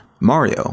Mario